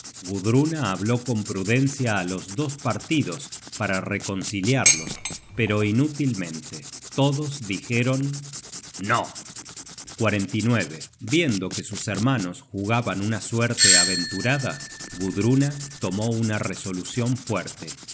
gudruna habló con prudencia á los dos partidos para reconciliarlos pero inútilmente todos dijeron no viendo que sus hermanos jugaban una suerte aventurada gudruna tomó una resolucion fuerte